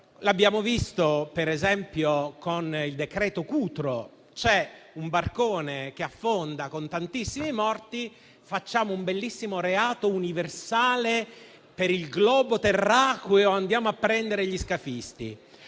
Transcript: Lo abbiamo visto, per esempio, con il decreto Cutro: c'è un barcone che affonda, con tantissimi morti; facciamo un bel reato universale per il globo terracqueo e andiamo a prendere gli scafisti.